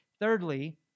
Thirdly